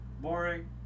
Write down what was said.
Boring